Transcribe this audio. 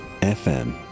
FM